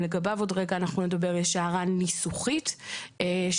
גם לגביו יש לנו הערה ניסוחית חשובה,